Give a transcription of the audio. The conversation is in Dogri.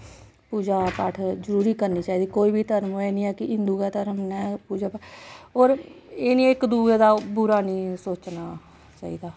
पूजा पाठ जरूरी करनी चाहिदी कोई बी धर्म होए एह् न ऐ कि हिन्दु गै धर्म नै पूजा और एह् निं इक दुए दा बुरा निं सोचना चाहिदा